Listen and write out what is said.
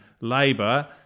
Labour